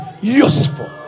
useful